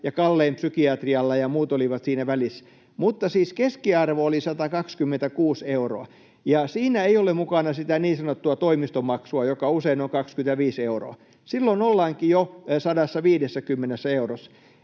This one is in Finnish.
ja kallein psykiatrialla, ja muut olivat siinä välissä. Mutta siis keskiarvo oli 126 euroa, ja siinä ei ole mukana sitä niin sanottua toimistomaksua, joka usein on 25 euroa. Silloin ollaankin jo 150 eurossa.